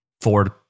Ford